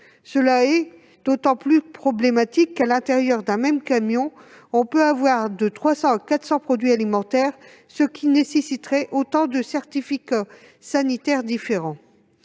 C'est d'autant plus problématique que, à l'intérieur d'un même camion, on peut trouver 300 à 400 produits alimentaires, ce qui nécessiterait autant de certificats sanitaires différents.